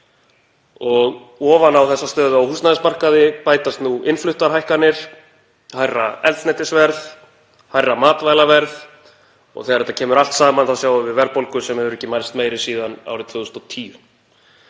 Ofan á þessa stöðu á húsnæðismarkaði bætast nú innfluttar hækkanir, hærra eldsneytisverð, hærra matvælaverð, og þegar þetta kemur allt saman sjáum við verðbólgu sem hefur ekki mælst meiri síðan árið 2010.